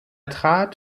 trat